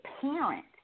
parent